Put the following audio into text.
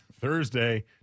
Thursday